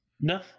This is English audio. No